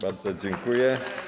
Bardzo dziękuję.